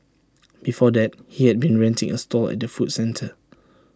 before that he had been renting A stall at the food centre